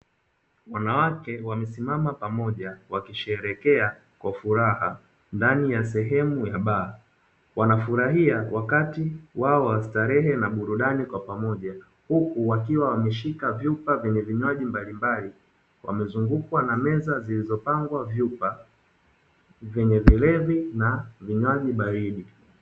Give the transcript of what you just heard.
Wanawake wamesimama pamoja wakisherekea kwa furaha ndani ya sehemu ya baa, wanafurahia wakati wao wa starehe na burudani kwa pamoja huku wakiwa wameshika vyupa vyenye vinywaji mbalimbali, wamezungukwa na meza zilizopangwa vyupa vyenye vilevi na vinywaji baridi.